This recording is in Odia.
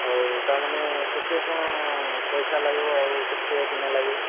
ହଉ ତା'ମାନେ କେତେ କ'ଣ ପଇସା ଲାଗିବ ଆଉ କେତେ ଦିନ ଲାଗିବ